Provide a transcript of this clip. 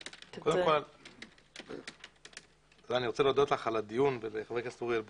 אני רוצה להודות לך על הדיון ולחבר הכנסת אוריאל בוסו.